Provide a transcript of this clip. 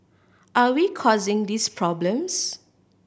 are we causing these problems